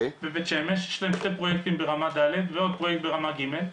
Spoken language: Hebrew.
יש להם שני פרויקטים ברמה ד' ועוד פרויקט ברמה ג'.